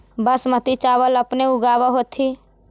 बासमती चाबल अपने ऊगाब होथिं?